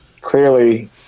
clearly